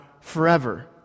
forever